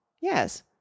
yes